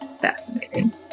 fascinating